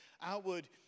outward